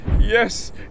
Yes